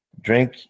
Drink